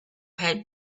had